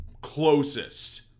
closest